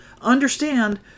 understand